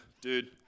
Dude